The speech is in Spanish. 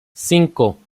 cinco